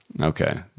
Okay